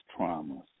traumas